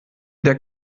der